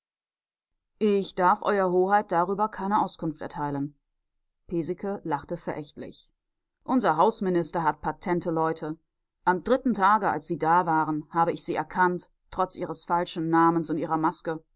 ich darf euer hoheit darüber keine auskunft erteilen piesecke lachte verächtlich unser hausminister hat patente leute am dritten tage als sie da waren habe ich sie erkannt trotz ihres falschen namens und ihrer maske